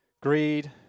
greed